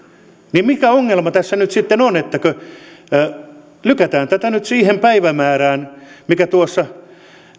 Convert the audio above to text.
niin mikä ongelma tässä nyt sitten on niin että lykätään tätä nyt siihen päivämäärään mikä tuossa